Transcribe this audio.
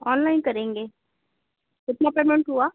online करेंगे कितना payment हुआ